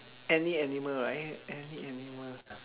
any animal right any animal